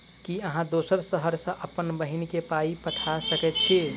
की अहाँ दोसर शहर सँ अप्पन बहिन केँ पाई पठा सकैत छी?